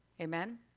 amen